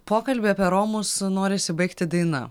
pokalbį apie romus norisi baigti daina